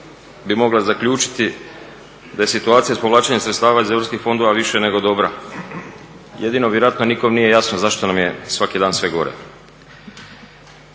bi mogla zaključiti da je situacija s povlačenjem sredstava iz europskih fondova više nego dobra, jedino vjerojatno nikom nije jasno zašto nam je svaki dan sve gore.